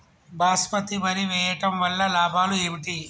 బాస్మతి వరి వేయటం వల్ల లాభాలు ఏమిటి?